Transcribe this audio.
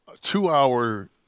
two-hour